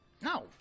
No